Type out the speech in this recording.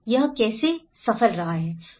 यह कैसे सफल रहा है